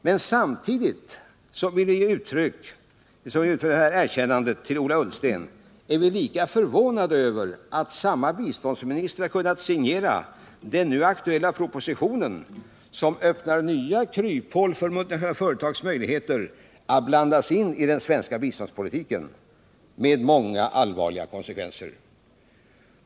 Men samtidigt som vi ger Ola Ullsten detta erkännande, är vi förvånade över att samma biståndsminister har kunnat signera den nu aktuella propositionen som öppnar nya kryphål för multinationella företag. Den skapar allvarliga konsekvenser om dessa företag blandar sig i den svenska biståndspolitiken.